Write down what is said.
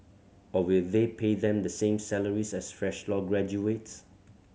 or will they pay them the same salaries as fresh law graduates